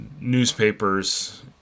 newspapers